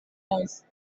noise